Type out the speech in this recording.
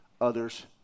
others